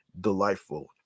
delightful